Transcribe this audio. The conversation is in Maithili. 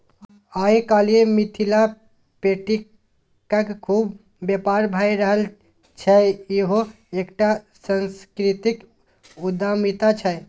आय काल्हि मिथिला पेटिंगक खुब बेपार भए रहल छै इहो एकटा सांस्कृतिक उद्यमिता छै